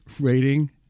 rating